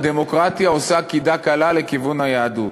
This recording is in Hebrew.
הדמוקרטיה עושה קידה קלה לכיוון היהדות,